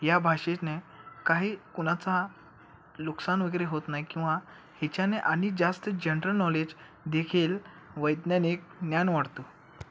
या भाषेने काही कुणाचं नुकसान वगैरे होत नाही किंवा हिच्याने आणि जास्त जनरल नॉलेज देखील वैज्ञानिक ज्ञान वाढत